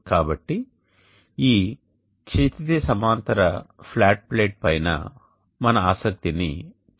కాబట్టి ఈ క్షితిజ సమాంతర ఫ్లాట్ ప్లేట్ పైన మన ఆసక్తిని కేంద్రీకరించాలి